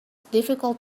difficult